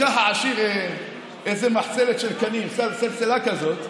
לקח העשיר מחצלת של קנים, סלסילה כזאת,